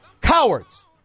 Cowards